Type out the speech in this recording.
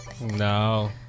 no